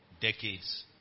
decades